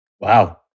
Wow